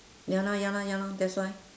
ya lor ya lor ya lor that's why